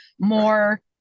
more